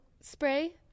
spray